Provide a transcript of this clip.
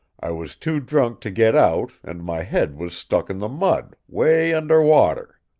i was too drunk to get out, and my head was stuck in the mud, way under water.